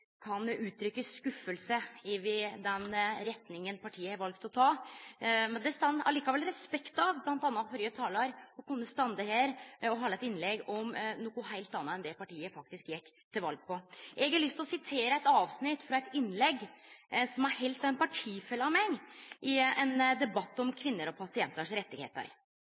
kan uttrykke skuffelse ved den retninga partiet har valt å ta, men det står likevel respekt av m.a. førre talar – å kunne stå her og halde eit innlegg om noko heilt anna enn det partiet faktisk gjekk til val på. Eg har lyst til å sitere eit avsnitt frå eit innlegg som er halde av ein partifelle av meg i ein debatt om kvinner og